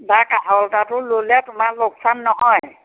বা কাঁহৰ লোটাটো ল'লে তোমাৰ লোকচান নহয়